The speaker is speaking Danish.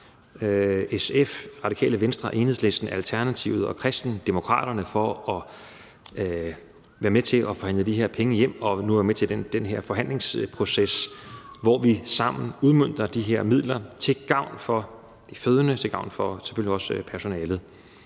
SF, Radikale Venstre, Enhedslisten, Alternativet og Kristendemokraterne for at være med til at forhandle de her penge hjem og nu være med til den her forhandlingsproces, hvor vi sammen udmønter de her midler til gavn for de fødende og selvfølgelig også til